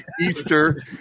Easter